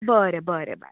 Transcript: बरें बरें बाय